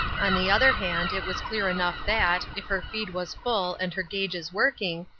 on the other hand it was clear enough that, if her feed was full and her gauges working,